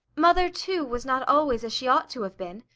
mother, too, was not always as she ought to have been.